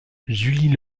julie